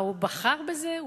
הוא בחר בזה?